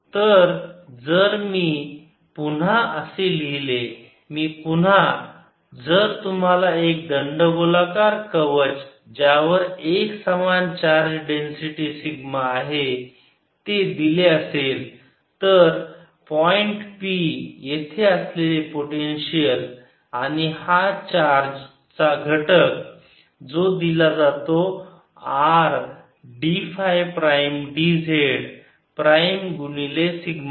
तर जर मी पुन्हा लिहिले मी पुन्हा जर तुम्हाला एक दंडगोलाकार कवच ज्यावर एकसमान चार्ज डेन्सिटी सिग्मा आहे ते दिले असेल तर पॉईंट p येथे असलेले पोटेन्शियल आणि हा चार्ज चा घटक आहे जो दिला जातो R d phi prime d z prime गुणिले सिग्मा